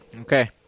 Okay